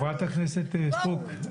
חברת הכנסת סטרוק,